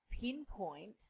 pinpoint